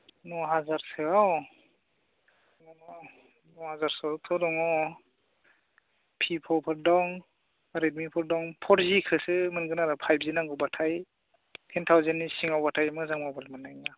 न' हाजारसोआव न' हाजारसोआवथ' दङ भिभ'फोर दं रेडमिफोर दं फरजिखौसो मोनगोन आरो फाइभजि नांगौबाथाय टेन थाउजेननि सिङावबाथाय मोजां मबाइल मोन्नाय नङा